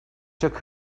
took